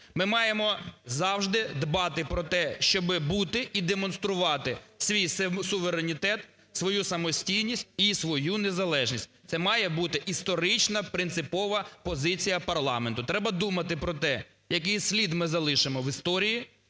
Ми маємо завжди дбати про те, щоб бути і демонструвати свій суверенітет, свою самостійність і свою незалежність. Це має бути історична принципова позиція парламенту. Треба думати про те, який слід ми залишимо в історії,